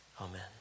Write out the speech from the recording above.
Amen